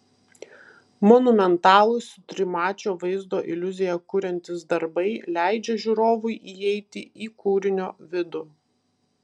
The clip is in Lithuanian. monumentalūs trimačio vaizdo iliuziją kuriantys darbai leidžia žiūrovui įeiti į kūrinio vidų